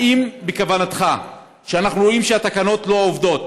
אנחנו רואים שהתקנות לא עובדות